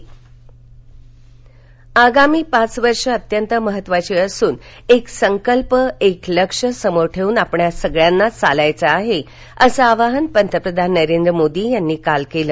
मोदी अहमदाबाद आगामी पाच वर्ष अत्यंत महत्त्वाची असून एक संकल्प एक लक्ष्य समोर ठेऊन आपणा सर्वांना चालायचं आहे असं आवाहन पंतप्रधान नरेंद्र मोदी यांनी काल केलं